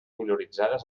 minoritzades